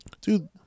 Dude